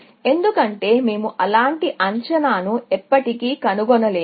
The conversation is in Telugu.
ఎందుకంటే మేము అలాంటి అంచనాను ఎప్పటికీ కనుగొనలేము